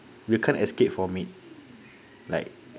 you can't escape from it like